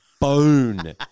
bone